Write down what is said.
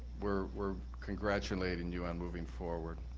we're we're congratulating you on moving forward.